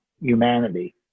humanity